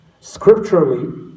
Scripturally